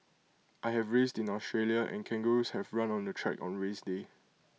I have raced in Australia and kangaroos have run on the track on race day